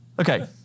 Okay